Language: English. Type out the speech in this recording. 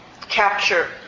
capture